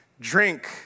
drink